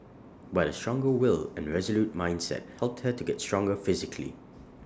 but A stronger will and resolute mindset helped her to get stronger physically